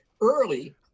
early